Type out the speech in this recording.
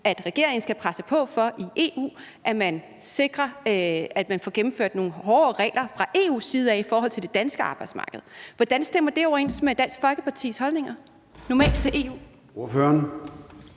at regeringen skal presse på i EU for, at man sikrer, at man får gennemført nogle hårdere regler fra EU's side i forhold til det danske arbejdsmarked. Hvordan stemmer det overens med de holdninger, som Dansk